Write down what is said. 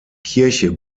kirche